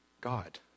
God